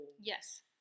Yes